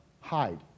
hide